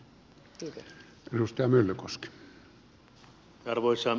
arvoisa herra puhemies